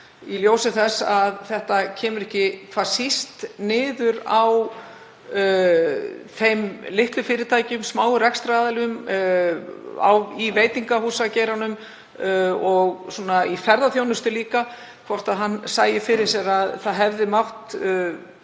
í ljósi þess að þetta kemur ekki hvað síst niður á litlum fyrirtækjum, smáum rekstraraðilum, í veitingahúsageiranum og líka ferðaþjónustu? Hvort hann sæi fyrir sér að það hefði mátt